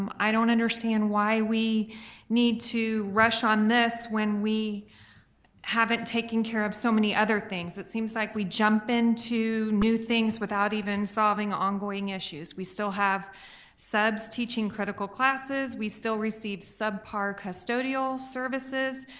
um i don't understand why we need to rush on this when we haven't taken care of so many other things. it seems like we jump into new things without even solving ongoing issues. we still have subs teaching critical classes. we still receive sub-par custodial services.